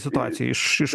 situacijoj iš iš